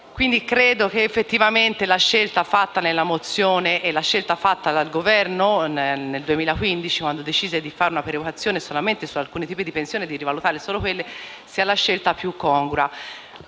Credo allora che effettivamente la scelta fatta nella mozione e dal Governo nel 2015, quando si decise di fare una perequazione solamente su alcuni tipi di pensione e di rivalutare solo quelle, sia la scelta più congrua.